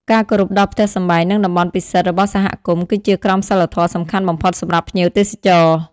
ការគោរពដល់ផ្ទះសម្បែង និងតំបន់ពិសិដ្ឋរបស់សហគមន៍ គឺជាក្រមសីលធម៌សំខាន់បំផុតសម្រាប់ភ្ញៀវទេសចរ។